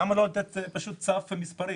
למה פשוט לא לתת סף מספרי?